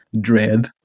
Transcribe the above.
dread